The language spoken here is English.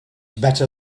better